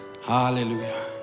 hallelujah